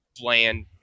bland